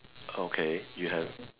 okay you have